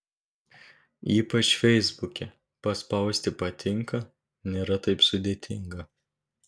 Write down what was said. ypač feisbuke paspausti patinka nėra taip sudėtinga